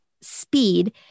speed